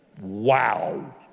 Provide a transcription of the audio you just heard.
wow